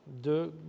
de